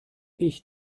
ich